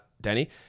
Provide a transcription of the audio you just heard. Danny